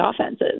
offenses